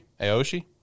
Aoshi